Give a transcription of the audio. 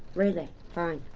really. fine,